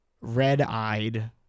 red-eyed